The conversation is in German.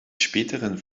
späteren